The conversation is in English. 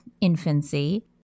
infancy